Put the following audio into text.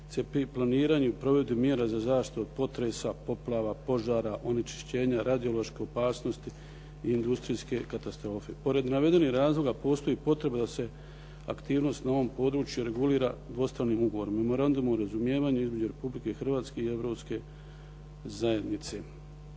planiranju i provedbi mjera za zaštitu od potresa, poplava, požara, onečišćenja, radiološke opasnosti i industrijske katastrofe. Pored navedenih razloga postoji potreba da se aktivnost na ovom području regulira dvostranim ugovorom, Memorandumu o razumijevanju između Republike Hrvatske i Europske zajednice.